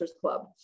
club